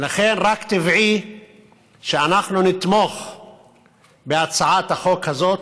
לכן רק טבעי שאנחנו נתמוך בהצעת החוק הזו,